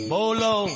Bolo